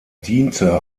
diente